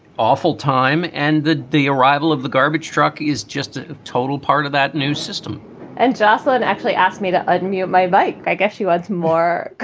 awful time. and the the arrival of the garbage truck is just a total part of that new system and jocelyn actually asked me to admit my bike i guess she was more